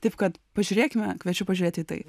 taip kad pažiūrėkime kviečiu pažiūrėti į tai